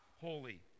holy